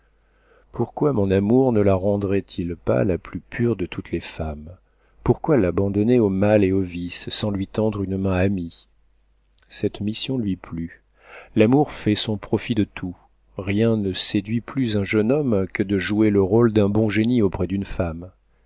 pourquoi mon amour ne la rendrait-il pas la plus pure de toutes les femmes pourquoi l'abandonner au mal et au vice sans lui tendre une main amie cette mission lui plut l'amour fait son profit de tout rien ne séduit plus un jeune homme que de jouer le rôle d'un bon génie auprès d'une femme